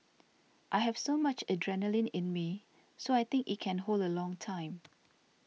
I have so much adrenaline in me so I think it can hold a long time